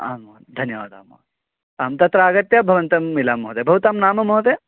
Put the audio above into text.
आम् महोदय धन्यवादः महो आं तत्र आगत्य भवन्तं मिलामि महोदय भवतां नाम महोदय